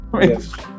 Yes